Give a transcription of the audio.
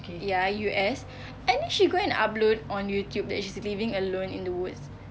ya U_S and then she go and upload on youtube that she's living alone in the woods